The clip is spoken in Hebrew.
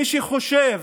מי שחושב